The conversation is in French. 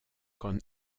con